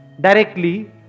directly